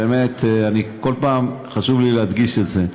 באמת, אני, כל פעם חשוב לי להדגיש את זה: